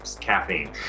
caffeine